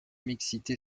mixité